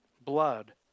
blood